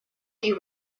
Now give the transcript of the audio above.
die